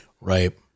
Right